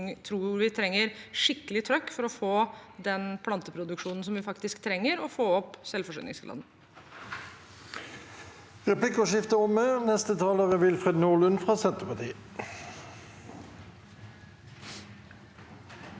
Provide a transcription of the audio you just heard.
for vi trenger skikkelig trykk for å få den planteproduksjonen som trengs for å få opp selvforsyningsgraden.